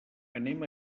anem